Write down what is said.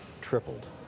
tripled